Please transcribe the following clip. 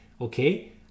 Okay